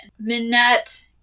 Minette